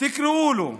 תקראו לו,